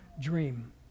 dream